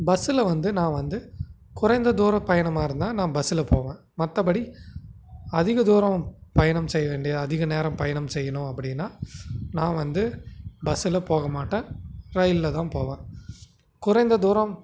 பஸ்ஸில் வந்து நான் வந்து குறைந்த தூர பயணமாக இருந்தால் நான் பஸ்ஸில் போவேன் மற்றபடி அதிக தூரம் பயணம் செய்ய வேண்டிய அதிக நேரம் பயணம் செய்யணும் அப்படினா நான் வந்து பஸ்ஸில் போக மாட்டேன் ரயில்லதான் போவேன் குறைந்த தூரம்